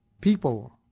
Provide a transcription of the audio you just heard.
People